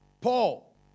Paul